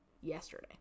Yesterday